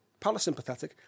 parasympathetic